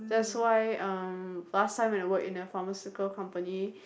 that's why uh last time when I worked in a pharmaceutical company